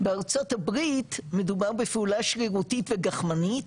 בארצות הברית מדובר בפעולה שרירותית וגחמנית